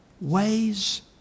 ways